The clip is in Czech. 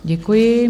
Děkuji.